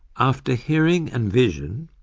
after hearing and vision,